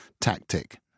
tactic